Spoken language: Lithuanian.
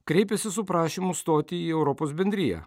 kreipėsi su prašymu stoti į europos bendriją